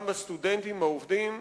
גם בסטודנטים, גם בעובדים,